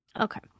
Okay